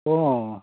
অঁ